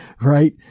right